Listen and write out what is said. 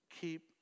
keep